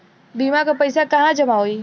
बीमा क पैसा कहाँ जमा होई?